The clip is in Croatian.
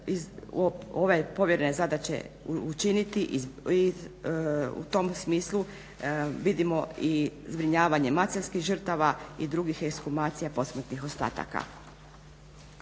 ove povjerene zadaće učiniti i u tom smislu vidimo i zbrinjavanje maceljskih žrtava i drugih ekshumacija posmrtnih ostataka.